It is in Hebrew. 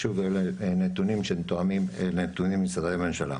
אלה נתונים שתואמים לנתוני משרדי הממשלה.